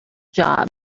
job